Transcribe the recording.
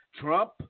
Trump